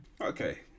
Okay